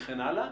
וכן הלאה.